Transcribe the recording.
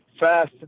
fast